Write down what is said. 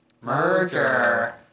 merger